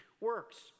works